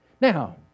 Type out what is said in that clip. Now